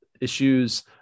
issues